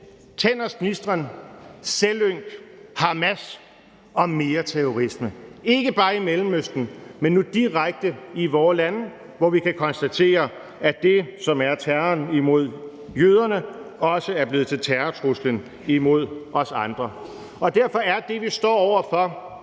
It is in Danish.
Tænders gnidsel, selvynk, Hamas og mere terrorisme. Det er ikke bare i Mellemøsten, men nu direkte i vore lande, hvor vi kan konstatere, at det, som er terroren imod jøderne, også er blevet til terrortruslen imod os andre. Derfor er det, vi står over for,